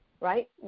right